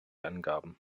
angaben